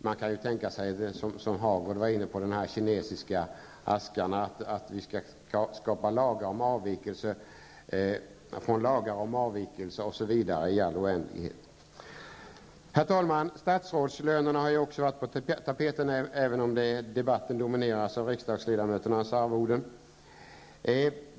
Det kan ju -- som Birger Hagård var inne på -- bli som med de kinesiska askarna, att vi skapar lagar om avvikelser från lagar om avvikelser osv. i all oändlighet. Herr talman! Också statsrådslönerna har varit på tapeten, även om debatten dominerats av riksdagsledamöternas arvoden.